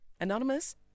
Anonymous